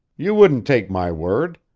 you wouldn't take my word.